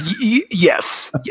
Yes